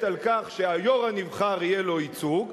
על כך שהיושב-ראש הנבחר יהיה לו ייצוג,